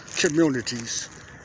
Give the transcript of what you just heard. Communities